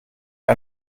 wir